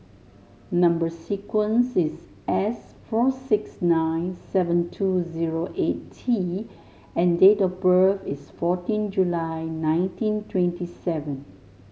number sequence is S four six nine seven two zero eight T and date of birth is fourteen July nineteen twenty seven